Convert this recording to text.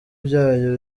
byayo